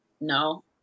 no